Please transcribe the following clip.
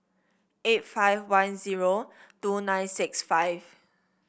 eight five one zero two nine six five